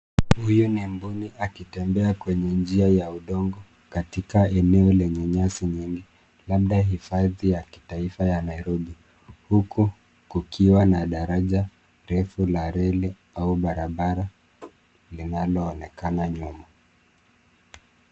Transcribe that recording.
Huyu ni mbuni akitembea kwenye njia ya udongo katika eneo lenye nyasi nyingi, labda hifadhi ya kitaifa ya Nairobi, huku kukiwa na daraja refu la reli au barabara linaloonekana nyuma.